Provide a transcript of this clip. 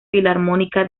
filarmónica